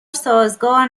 سازگار